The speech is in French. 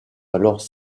alors